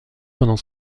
pendant